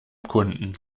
kunden